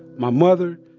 my mother,